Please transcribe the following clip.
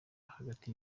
hagati